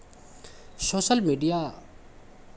social media